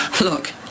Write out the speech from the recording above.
Look